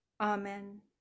Amen